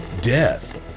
death